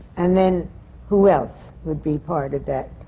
and then who else would be part of that?